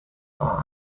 are